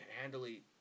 handily